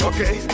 Okay